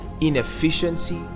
inefficiency